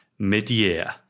midyear